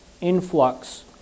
influx